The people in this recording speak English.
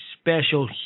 special